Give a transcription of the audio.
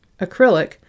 acrylic